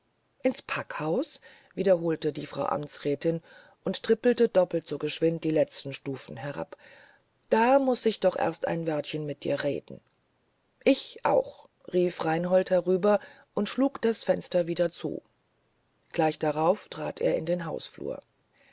ins packhaus wiederholte die frau amtsrätin und trippelte doppelt geschwind die letzten stufen herab da muß ich denn doch erst ein wörtchen mit dir reden ich auch rief reinhold herüber und schlug das fenster wieder zu gleich darauf trat er in den hausflur